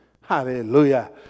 Hallelujah